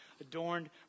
adorned